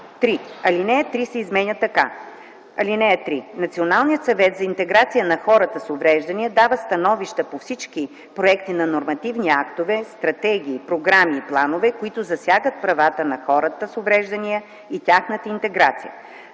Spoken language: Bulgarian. Алинея 3 се изменя така: „(3) Националният съвет за интеграция на хората с увреждания дава становища по всички проекти на нормативни актове, стратегии, програми и планове, които засягат правата на хората с увреждания и тяхната интеграция.”;